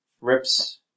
rips